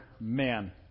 Man